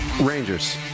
Rangers